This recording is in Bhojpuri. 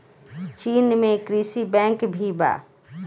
चीन में कृषि बैंक भी बा